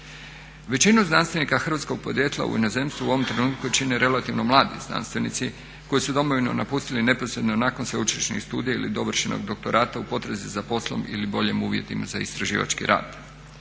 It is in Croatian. Većinu znanstvenika hrvatskog podrijetla u inozemstvu u ovom trenutku čine relativno mladi znanstvenici koji su Domovinu napustili neposredno nakon sveučilišnih studija ili dovršenog doktorata u potrazi za poslom ili boljim uvjetima za istraživački rad.